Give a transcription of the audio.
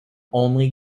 only